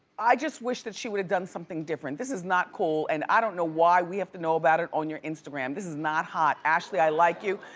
i just wish that she would have done something different. this is not cool and i don't know why we have to know about it on your instagram. this is not hot. ashley, i like you.